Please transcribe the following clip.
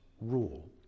rule